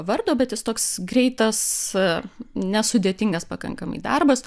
vardo bet jis toks greitas nesudėtingas pakankamai darbas